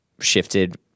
shifted